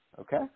Okay